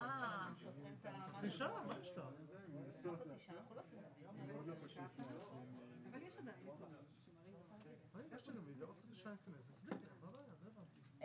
בשעה 13:08.